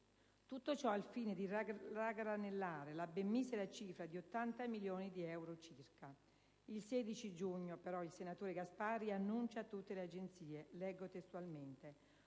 Tutto ciò al fine di raggranellare la ben misera cifra di 80 milioni di euro circa. Il 16 giugno, però, il senatore Gasparri annuncia a tutte le agenzie (leggo testualmente):